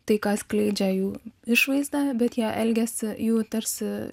tai ką atskleidžia jų išvaizda bet jie elgiasi jų tarsi